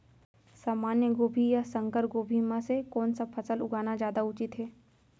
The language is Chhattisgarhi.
सामान्य गोभी या संकर गोभी म से कोन स फसल लगाना जादा उचित हे?